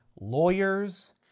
lawyers